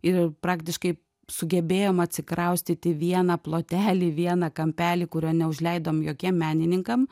ir praktiškai sugebėjom atsikraustyti vieną plotelį vieną kampelį kurio neužleidom jokiem menininkam